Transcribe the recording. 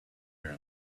here